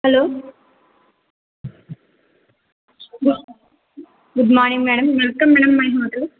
hello goo good morning madam welcome madam my hotel